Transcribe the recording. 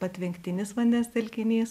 patvenktinis vandens telkinys